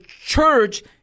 church